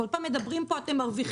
כל פעם מדברים פה על זה שאנחנו מרוויחים.